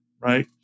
right